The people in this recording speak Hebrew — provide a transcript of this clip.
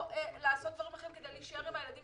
או לעשות דברים אחרים כדי להישאר עם הילדים